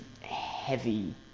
heavy